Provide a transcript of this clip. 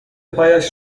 پایش